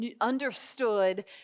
understood